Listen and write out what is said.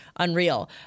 Unreal